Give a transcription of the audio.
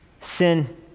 sin